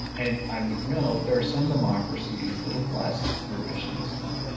and i would note there are some democracies that have less revisionism.